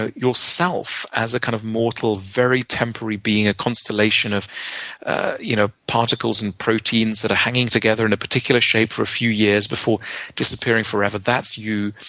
ah yourself as a kind of mortal, very temporary being, and ah constellation of you know particles and proteins that are hanging together in a particular shape for a few years before disappearing forever. that's you.